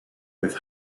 with